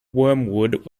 wormwood